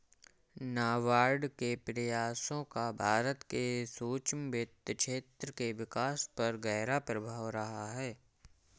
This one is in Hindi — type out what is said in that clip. नाबार्ड के प्रयासों का भारत के सूक्ष्म वित्त क्षेत्र के विकास पर गहरा प्रभाव रहा है